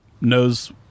knows